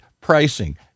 pricing